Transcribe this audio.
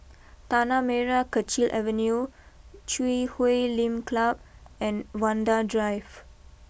Tanah Merah Kechil Avenue Chui Huay Lim Club and Vanda Drive